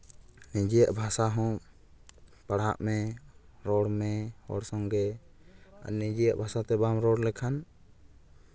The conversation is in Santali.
ᱱᱤᱡᱮᱨᱟᱜ ᱵᱷᱟᱥᱟ ᱦᱚᱸ ᱯᱟᱲᱦᱟᱜ ᱢᱮ ᱨᱚᱲ ᱢᱮ ᱦᱚᱲ ᱥᱚᱝᱜᱮ ᱱᱤᱡᱮᱭᱟᱜ ᱵᱷᱟᱥᱟᱛᱮ ᱵᱟᱢ ᱨᱚᱲ ᱞᱮᱠᱷᱟᱱ